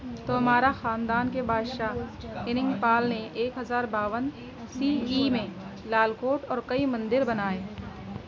تومارا خاندان کے بادشاہ اننگ پال نے ایک ہزار باون سی ای میں لال کوٹ اور کئی مندر بنائے